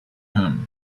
him